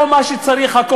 לא מה שצריכה ירושלים.